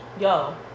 yo